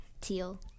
teal